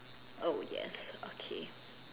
oh yes okay